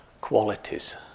qualities